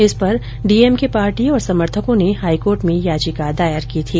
इस पर DMK party और समर्थकों ने हाईकोर्ट में याचिका दायर की थी